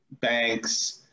banks